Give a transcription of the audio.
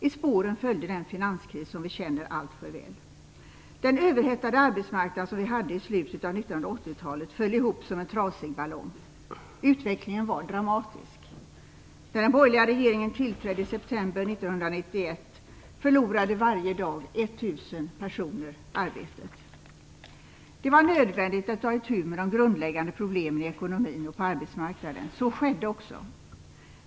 I spåren följde den finanskris som vi känner alltför väl. Den överhettade arbetsmarknad vi hade i slutet av 1980-talet föll ihop som en trasig ballong. Utvecklingen är dramatisk. När den borgerliga regeringen tillträdde i september 1991 förlorade varje dag 1 000 Det var nödvändigt att ta itu med de grundläggande problemen i ekonomin och på arbetsmarknaden. Så skedde också.